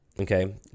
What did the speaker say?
Okay